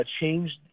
changed